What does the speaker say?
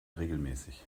regelmäßig